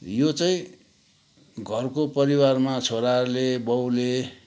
यो चाहिँ घरको परिवारमा छोराहरूले बाउले